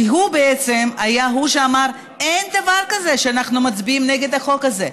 כי הוא בעצם היה זה שאמר: אין דבר כזה שאנחנו מצביעים נגד החוק הזה,